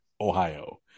Ohio